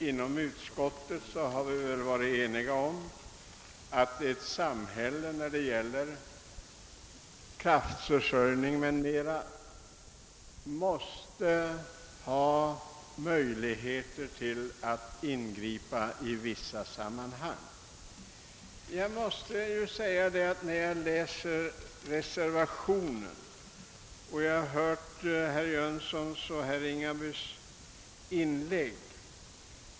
Inom utskottet har vi varit eniga om att samhället måste ha möjligheter att i vissa situationer ingripa i kraftförsörjningen. Jag har läst reservationen och hört herr Jönssons i Ingemarsgården och herr Ringabys inlägg.